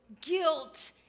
guilt